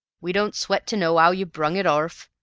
we don't sweat to know ow you brung it orf.